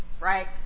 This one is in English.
right